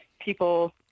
people